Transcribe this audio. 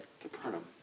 Capernaum